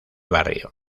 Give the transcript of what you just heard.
barrio